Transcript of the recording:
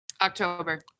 October